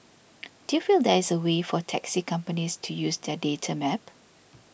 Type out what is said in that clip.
do you feel there is a way for taxi companies to use that data map